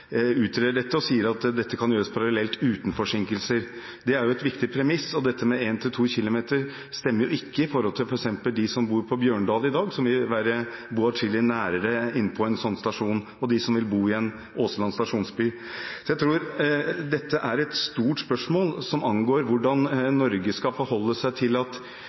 utreder dette og sier at dette kan gjøres parallelt uten forsinkelser. Det er en viktig premiss, og 1–2 km stemmer ikke for f.eks. dem som bor på Bjørndal i dag. De vil bo adskillig nærmere en sånn stasjon. Det gjelder også de som vil bo i en Åsland stasjonsby. Jeg tror dette er et stort spørsmål som angår hvordan Norge skal forholde seg til at